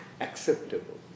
acceptable